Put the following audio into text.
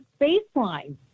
baseline